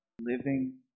living